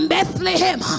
Bethlehem